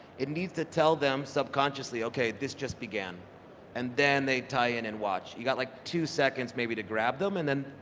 it needs to tell them subconsciously, okay this just began and then they tie in and watch. you got like two seconds maybe to grab them and then,